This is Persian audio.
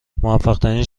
موفقترین